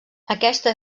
aquesta